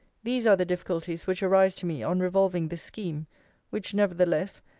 these are the difficulties which arise to me on revolving this scheme which, nevertheless,